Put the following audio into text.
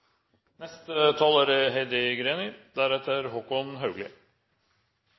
Neste taler er